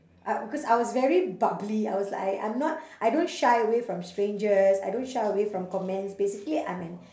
I because I was very bubbly I was like I I'm not I don't shy away from strangers I don't shy away from comments basically I'm an